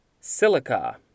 silica